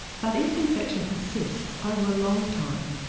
but if infection persists over a long time,